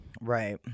Right